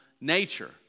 nature